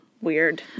weird